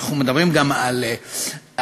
אנחנו מדברים גם על התפתחות,